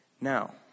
now